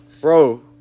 bro